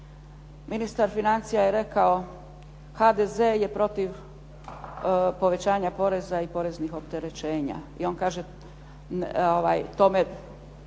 Ministar financija je rekao, HDZ je protiv povećanja poreza i poreznih opterećenja i on kaže tome